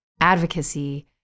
advocacy